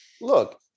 Look